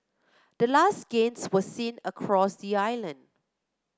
the last gains were seen across the island